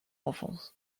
enfance